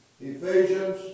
Ephesians